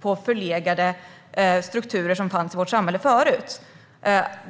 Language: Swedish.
på förlegade strukturer som förut fanns i vårt samhälle.